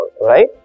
right